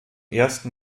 ersten